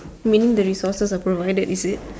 meaning the resources are provided is it